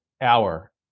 Hour